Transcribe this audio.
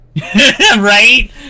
right